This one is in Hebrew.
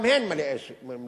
גם הם מלאי שגיאות.